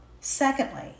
secondly